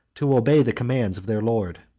to disobey the commands of their lord.